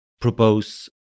propose